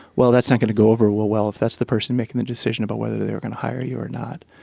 well, that's not going to go over real well if that's the person making the decision about whether they are going to hire you or not.